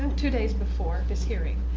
um two days before this hearing.